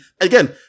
again